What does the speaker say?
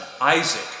Isaac